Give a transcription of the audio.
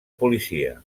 policia